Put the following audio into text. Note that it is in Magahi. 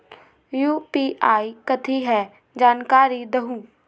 यू.पी.आई कथी है? जानकारी दहु